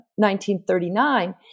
1939